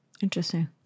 Interesting